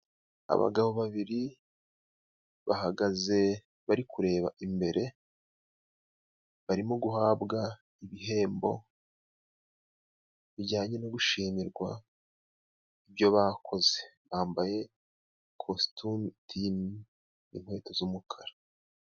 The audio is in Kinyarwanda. Abagabo babiri bahagaze bari kureba imbere, barimo guhabwa ibihembo bijyanye no gushimirwa ibyo bakoze, bambaye ikositumutimu n'inkweto z'umukara.